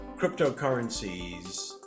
cryptocurrencies